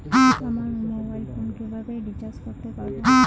আমার mobile phone কিভাবে recharge করতে পারব?